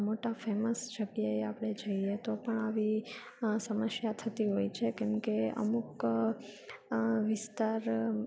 મોટા ફેમસ જગ્યાએ આપણે જઈએ તો પણ આવી સમસ્યા થતી હોય છે કેમ કે અમુક વિસ્તાર